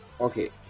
okay